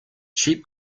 cheap